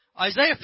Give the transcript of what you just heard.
Isaiah